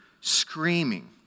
screaming